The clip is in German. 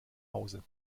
hause